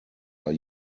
are